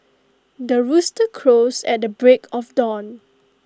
the rooster crows at the break of dawn